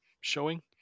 showing